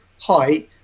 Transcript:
hi